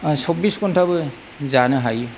सब्बिस घन्टाबो जानो हायो